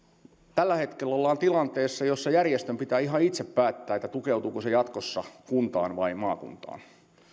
tällä hetkellä ollaan tilanteessa jossa järjestön pitää ihan itse päättää tukeutuuko se jatkossa kuntaan vai maakuntaan